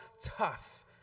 tough